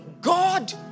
God